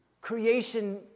Creation